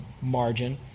margin